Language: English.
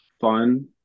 fun